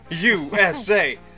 USA